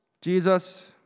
Jesus